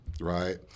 right